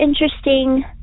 interesting